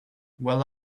well